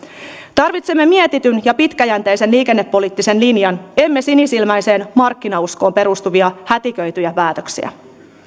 tarvitsemme mietityn ja pitkäjänteisen liikennepoliittisen linjan emme sinisilmäiseen markkinauskoon perustuvia hätiköityjä päätöksiä